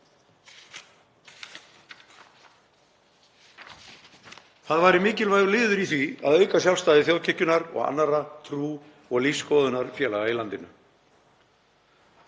Það væri mikilvægur liður í því að auka sjálfstæði Þjóðkirkjunnar og annarra trú- og lífsskoðunarfélaga í landinu.